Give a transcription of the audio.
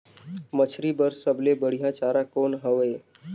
मछरी बर सबले बढ़िया चारा कौन हवय?